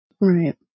Right